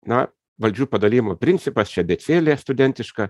na valdžių padalijimo principas čia abėcėlė studentiška